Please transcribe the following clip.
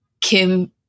Kim